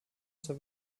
zur